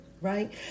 right